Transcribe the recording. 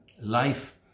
life